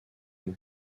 mot